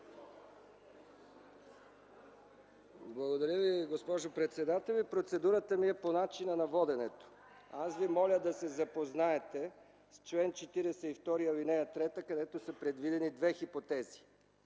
Благодаря Ви, госпожо председател. Процедурата ми е по начина на воденето. Аз Ви моля да се запознаете с чл. 42, ал. 3, където са предвидени две хипотези.